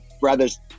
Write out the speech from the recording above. brother's